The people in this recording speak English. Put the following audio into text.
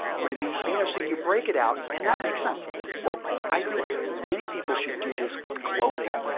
am going to be, you know so you break it out and that makes sense well i think many people should do this with clothing.